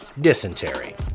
Dysentery